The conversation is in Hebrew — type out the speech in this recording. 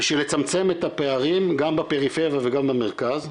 בשביל לצמצם את הפערים, גם בפריפריה וגם במרכז.